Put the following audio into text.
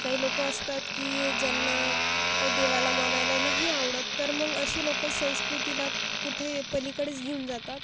काही लोक असतात की ज्यांना देवाला मानायला नाही आवडत तर मग असे लोक संस्कृतीला कुठे पलीकडेच घेऊन जातात